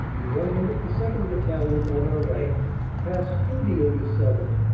the one hundred and second. battalion on our right passed through the eighty seventh.